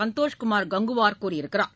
சந்தோஷ்குமார் கங்குவார் கூறியிருக்கிறார்